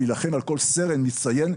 להילחם על כל סרן מצטיין,